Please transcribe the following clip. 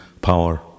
power